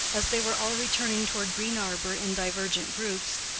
as they were all returning toward green arbor in divergent groups,